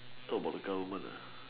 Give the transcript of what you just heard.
talk about the government